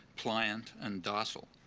pliant, and docile.